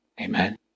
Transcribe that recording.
Amen